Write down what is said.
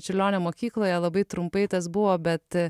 čiurlionio mokykloje labai trumpai tas buvo bet